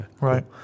Right